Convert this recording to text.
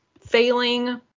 failing